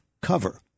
cover